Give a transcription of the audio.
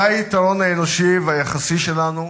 זה היתרון האנושי והיחסי שלנו,